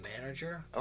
manager